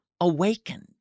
awakened